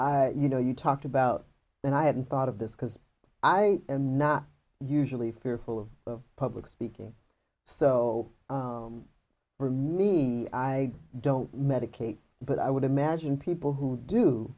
you know you talked about and i hadn't thought of this because i am not usually fearful of public speaking so for me i don't medicate but i would imagine people who do